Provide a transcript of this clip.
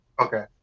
Okay